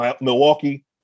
Milwaukee